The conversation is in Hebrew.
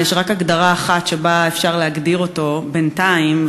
יש רק הגדרה אחת שאפשר להגדיר אותו בינתיים,